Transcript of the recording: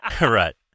Right